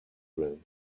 room